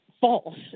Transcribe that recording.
false